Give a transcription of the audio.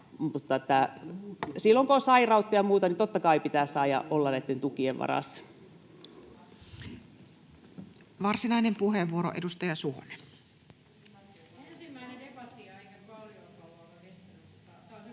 Silloin kun on sairautta ja muuta, niin totta kai pitää saada olla näitten tukien varassa. [Speech 99] Speaker: Toinen